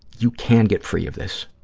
you can get free of this.